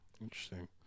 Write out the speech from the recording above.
interesting